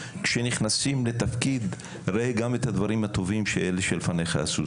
שכשאתה נכנס לתפקיד ראה גם את הדברים הטובים שאלה שלפניך עשו.